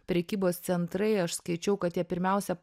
prekybos centrai aš skaičiau kad jie pirmiausia